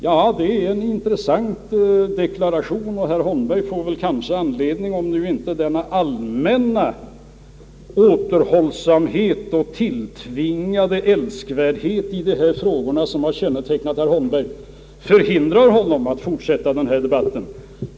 Ja, det är en intressant deklaration, och herr Holmberg får väl tillfälle att utveckla sin uppfattning om den i replikerna — bara nu inte den allmänna återhållsamhet och tilltvingade älskvärdhet i dessa frågor, som har kännetecknat herr Holmberg, hindrar honom att fortsätta debatten.